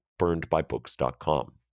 burnedbybooks.com